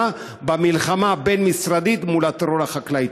במלחמה הבין-משרדית מול הטרור החקלאי.